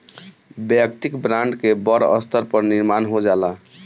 वैयक्तिक ब्रांड के बड़ स्तर पर निर्माण हो जाला